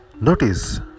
Notice